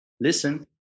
listen